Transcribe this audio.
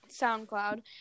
SoundCloud